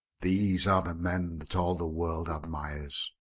these are the men that all the world admires.